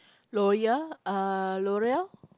l'oreal uh l'oreal